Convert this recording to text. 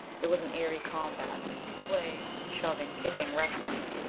it was an eerie combat. we swayed shoving, kicking, wrestling.